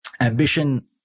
ambition